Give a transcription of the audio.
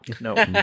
no